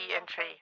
entry